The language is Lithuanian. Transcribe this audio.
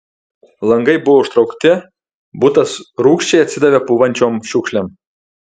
langai buvo užtraukti butas rūgščiai atsidavė pūvančiom šiukšlėm